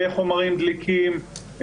בחומרים דליקים,